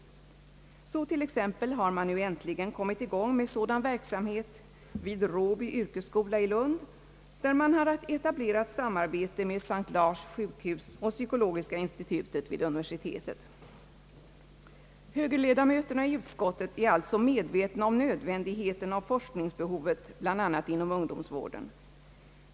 Man har till exempel nu äntligen kommit i gång med sådan verksamhet vid Råby yrkesskola i Lund, där man har etablerat samarbete med S:t Lars sjukhus och psykologiska institutet vid Lunds universitet. Högerledamöterna i utskottet är alltså medvetna om nödvändigheten av forskning bland annat inom ungdomsvården.